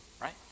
Right